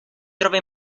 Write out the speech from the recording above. trova